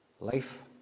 Life